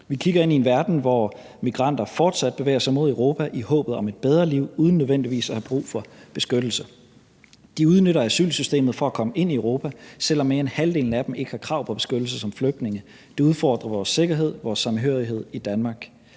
Vi kigger ind i en verden, hvor migranter fortsat bevæger sig imod Europa i håbet om et bedre liv uden nødvendigvis at have brug for beskyttelse. De udnytter asylsystemet for at komme ind i Europa, selv om mere end halvdelen af dem ikke har krav på beskyttelse som flygtning. Det udfordrer vores sikkerhed og vores samhørighed i Danmark.